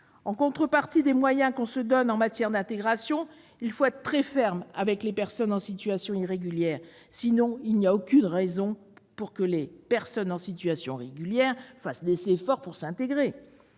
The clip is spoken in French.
En contrepartie des moyens qu'on se donne en matière d'intégration, il faut être très ferme avec les personnes en situation irrégulière. Sinon, il n'y a aucune raison pour que celles en situation régulière fassent des efforts pour s'intégrer.